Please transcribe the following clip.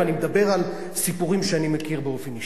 ואני מדבר על סיפורים שאני מכיר באופן אישי.